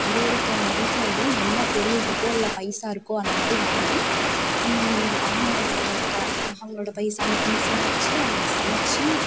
ஒரு ஒருத்தங்க வீட்டிலையும் என்ன பொருள் இருக்கோ இல்லை பைசா இருக்கோ அந்த மாதிரி வாங்கி அவங்களோட க அவங்களோட பைசா அந்த திங்ஸ்யெலாம் வச்சு அவங்களுக்கு சமைச்சி